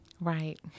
right